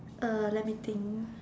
uh let me think